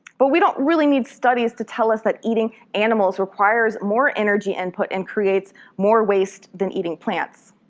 but we don't really need studies to tell us that eating animals requires more energy input and creates more waste than eating plants.